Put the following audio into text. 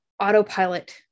autopilot